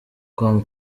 com